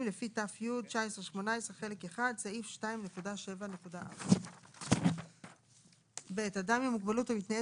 לפי ת"י 1918 חלק 1 (סעיף 2.7.4); (ב)אדם עם מוגבלות המתנייד